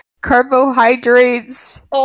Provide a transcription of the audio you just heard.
carbohydrates